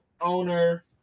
owner